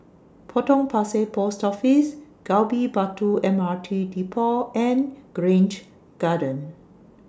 Potong Pasir Post Office Gali Batu M R T Depot and Grange Garden